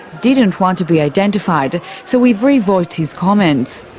didn't want to be identified, so we've revoiced his comments.